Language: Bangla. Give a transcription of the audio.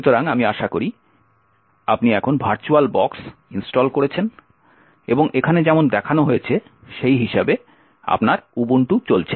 সুতরাং আমি আশা করি আপনি এখন ভার্চুয়াল বক্স ইনস্টল করেছেন এবং এখানে যেমন দেখানো হয়েছে সেই হিসাবে আপনার উবুন্টু চলছে